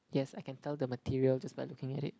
yes I can tell the material just by looking at it